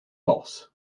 boss